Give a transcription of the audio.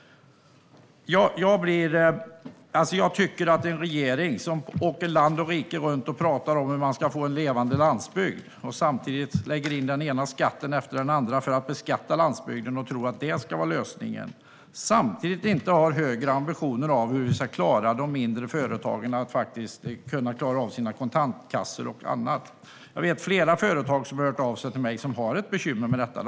Det är illa med en regering som åker land och rike runt och pratar om hur man ska få en levande landsbygd samtidigt som man lägger på den ena skatten efter den andra för att beskatta landsbygden utan att ha högre ambitioner när det gäller hur de mindre företagen ska kunna klara av att hantera sina kontantkassor. Det är flera företag som har hört av sig till mig och berättat att de har bekymmer med detta.